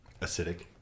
acidic